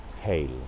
Hail